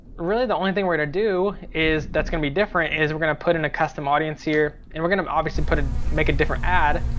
really the only thing we're gonna do is, that's gonna be different is, we're gonna put in a custom audience here. and we're gonna obviously ah make a different ad,